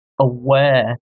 aware